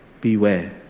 Beware